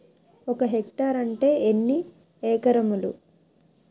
ఒక హెక్టార్ అంటే ఎన్ని ఏకరములు?